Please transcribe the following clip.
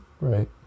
Right